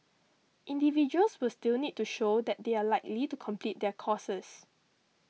individuals will still need to show that they are likely to complete their courses